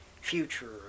future